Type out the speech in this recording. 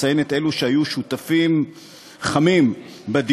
ואציין את אלו שהיו שותפים חמים בדיונים,